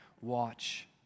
watch